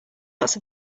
lots